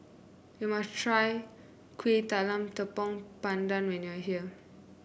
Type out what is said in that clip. you must try Kuih Talam Tepong Pandan when you are here